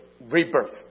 Rebirth